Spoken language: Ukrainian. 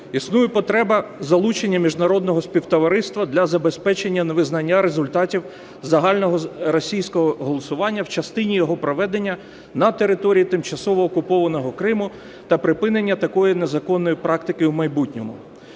існує потреба залучення міжнародного співтовариства для забезпечення невизнання результатів загальноросійського голосування в частині його проведення на території тимчасово окупованого Криму та припинення такої незаконної практики в майбутньому.